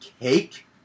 Cake